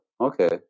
Okay